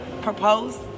proposed